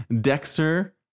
dexter